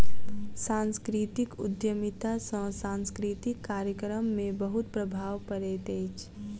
सांस्कृतिक उद्यमिता सॅ सांस्कृतिक कार्यक्रम में बहुत प्रभाव पड़ैत अछि